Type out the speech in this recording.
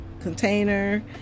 container